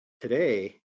today